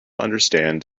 understand